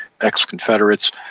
ex-Confederates